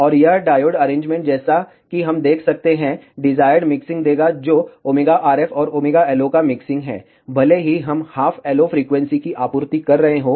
और यह diode arrangement जैसा कि हम देख सकते हैं डिजायर्ड मिक्सिंग देगा जो ωRF और ωLO का मिक्सिंग है भले ही हम हाफ LO फ्रीक्वेंसी की आपूर्ति कर रहे हों